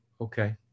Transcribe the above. okay